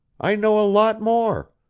i know a lot more.